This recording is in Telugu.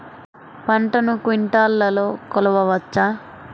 పంటను క్వింటాల్లలో కొలవచ్చా?